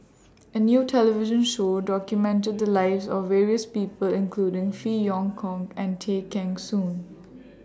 A New television Show documented The Lives of various People including Phey Yew Kok and Tay Kheng Soon